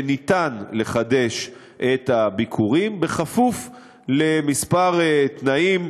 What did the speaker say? שאפשר לחדש את הביקורים, כפוף לכמה תנאים,